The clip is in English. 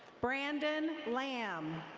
brandon lam.